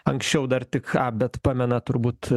anksčiau dar tik ką bet pamenat turbūt